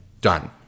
done